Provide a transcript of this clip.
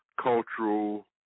cultural